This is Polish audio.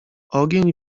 ogień